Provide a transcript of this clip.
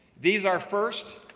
these are, first,